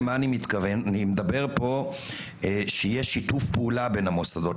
אני מדבר פה על כך שיהיה שיתוף פעולה בין המוסדות.